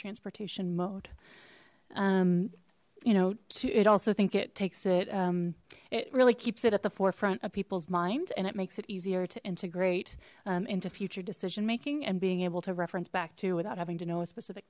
transportation mode you know to it also think it takes it it really keeps it at the forefront of people's mind and it makes it easier to enter eight into future decision making and being able to reference back to without having to know a specific